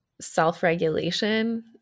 self-regulation